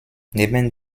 neben